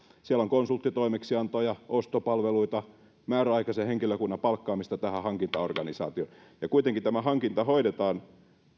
siellä on konsulttitoimeksiantoja ostopalveluita määräaikaisen henkilökunnan palkkaamista tähän hankintaorganisaatioon ja kuitenkin tämä hankinta hoidetaan